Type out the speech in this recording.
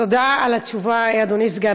תודה על התשובה, אדוני סגן